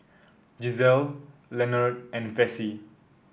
Gisele Lenord and Vessie